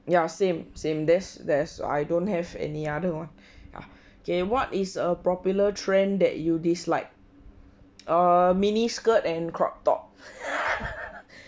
ya same same there's there's I don't have any yah okay what is a popular trend that you dislike err mini skirt and crop top